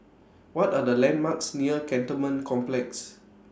What Are The landmarks near Cantonment Complex